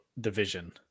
division